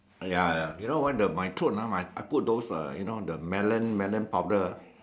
ya ya you know why my throat ah I put all those uh you know the melon melon powder ah